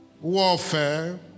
warfare